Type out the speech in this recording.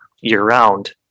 year-round